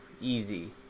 easy